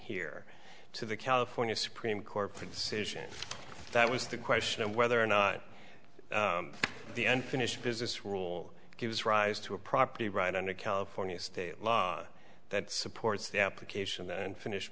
here to the california supreme court decision that was the question of whether or not the end finish business rule gives rise to a property right under california state law that supports the application and finish